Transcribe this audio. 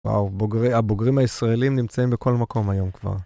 וואו, הבוגרים הישראלים נמצאים בכל מקום היום כבר.